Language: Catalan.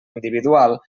individual